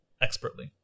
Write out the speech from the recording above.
expertly